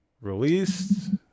released